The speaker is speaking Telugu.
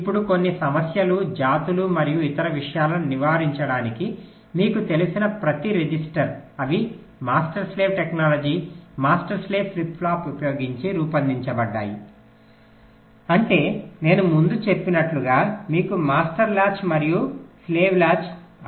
ఇప్పుడు కొన్ని సమస్యలు జాతులు మరియు ఇతర విషయాలను నివారించడానికి మీకు తెలిసిన ప్రతి రిజిస్టర్ అవి master slave technology master slave flip flop ఉపయోగించి రూపొందించబడ్డాయి అంటే నేను ముందు చెప్పినట్లుగా మీకు మాస్టర్ లాచ్ మరియు బానిస లాచ్ అవసరం